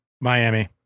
Miami